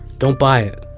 don't buy it.